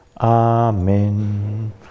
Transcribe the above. Amen